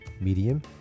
Medium